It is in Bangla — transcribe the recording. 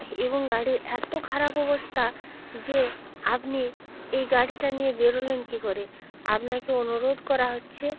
এবং গাড়ির এত খারাপ অবস্থা যে আপনি এই গাড়িটা নিয়ে বেরোলেন কি করে আপনাকে অনুরোধ করা হচ্ছে